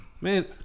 Man